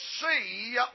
see